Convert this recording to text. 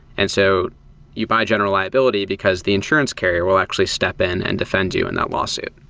and so you buy general liability, because the insurance carrier will actually step in and defend you in that lawsuit.